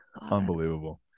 unbelievable